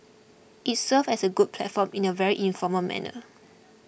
it serves as a good platform in a very informal manner